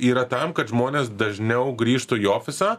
yra tam kad žmonės dažniau grįžtų į ofisą